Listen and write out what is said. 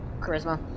Charisma